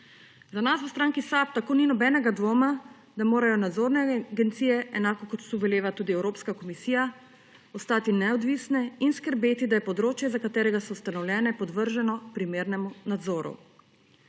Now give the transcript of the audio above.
Za nas v stranki SAB tako ni nobenega dvoma, da morajo nadzorne agencije, enako kot to veleva tudi Evropska komisija, ostati neodvisne in skrbeti, da je področje, za katerega so ustanovljene, podvrženo primernemu nadzoru.